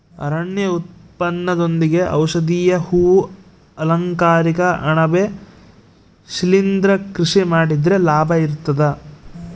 ಅರಣ್ಯ ಉತ್ಪನ್ನದೊಂದಿಗೆ ಔಷಧೀಯ ಹೂ ಅಲಂಕಾರಿಕ ಅಣಬೆ ಶಿಲಿಂದ್ರ ಕೃಷಿ ಮಾಡಿದ್ರೆ ಲಾಭ ಇರ್ತದ